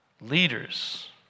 Leaders